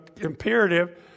imperative